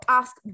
ask